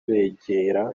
kubegera